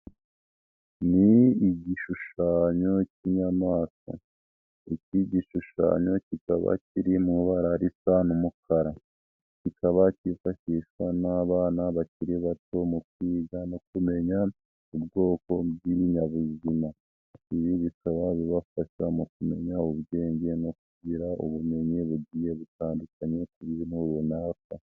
Ni igishushanyo cy'inyamaswa iki igishushanyo kikaba kiri mu barara risa n'umukara, kikaba cyifashishwa n'abana bakiri bato mu kwiga no kumenya ubwoko bw'ibinyabuzima, ibi bikaba bibafasha mu kumenya ubwenge no kugira ubumenyi bugiye butandukanye ku bintu runaka.